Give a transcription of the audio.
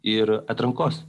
ir atrankos